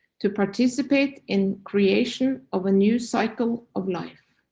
to participate in creation of a new cycle of life.